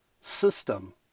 system